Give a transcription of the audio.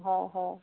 হয় হয়